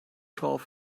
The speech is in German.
drauf